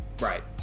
Right